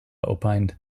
opined